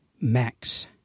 Max